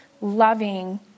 loving